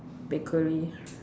bakery